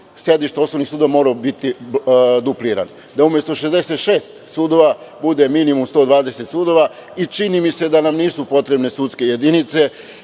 sedišta osnovnih sudova morao biti dupliran. Da umesto 66 sudova bude minimum 120 sudova i čini mi se da nam nisu potrebne sudske jedinice,